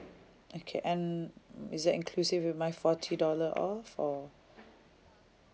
okay and is that inclusive of my forty dollar off or